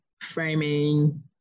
framing